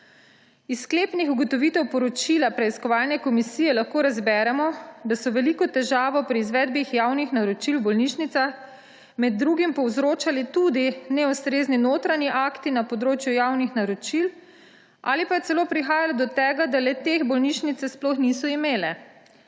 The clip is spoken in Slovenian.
Iz sklepnih ugotovitev poročila preiskovalne komisije lahko razberemo, da so veliko težavo pri izvedbi javnih naročil v bolnišnicah med drugim povzročali tudi neustrezni notranji akti na področju javnih naročil ali pa je celo prihajalo do tega, da le-teh bolnišnice sploh niso imele.